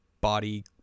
body